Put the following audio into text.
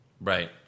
Right